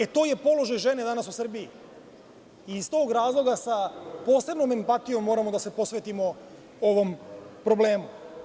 E, to je položaj žene danas u Srbiji i iz tog razloga sa posebnom impatijom moramo da se posvetimo ovom problemu.